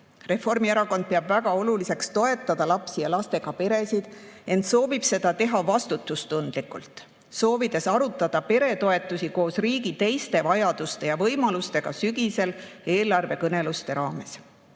Reformierakond peab väga oluliseks toetada lapsi ja lastega peresid, ent soovib seda teha vastutustundlikult, soovides arutada peretoetusi koos riigi teiste vajaduste ja võimalustega sügisel eelarvekõneluste raames.